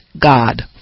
God